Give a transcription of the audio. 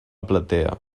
platea